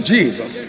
Jesus